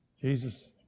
Jesus